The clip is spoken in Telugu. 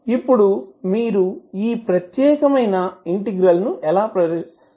ఇప్పుడు మీరు ఈ ప్రత్యేకమైన ఇంటెగ్రల్ ను ఎలా పరిష్కరిస్తారు